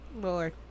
lord